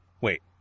Wait